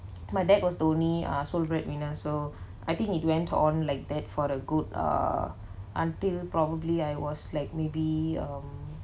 my dad was only uh sole breadwinner so I think it went on like that for the good err until probably I was like maybe um